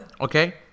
Okay